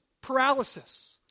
paralysis